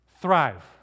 thrive